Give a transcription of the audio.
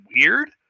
weird